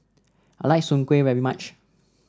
I like Soon Kway very much